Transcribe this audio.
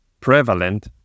prevalent